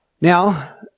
Now